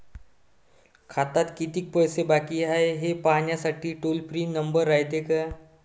खात्यात कितीक पैसे बाकी हाय, हे पाहासाठी टोल फ्री नंबर रायते का?